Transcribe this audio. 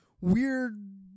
weird